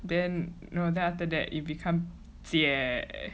then no then after that you become 姐